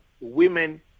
women